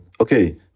okay